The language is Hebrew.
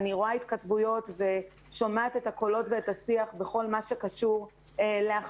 אני רואה התכתבויות ושומעת את הקולות ואת השיח בכל מה שקשור להכשרות,